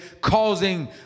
causing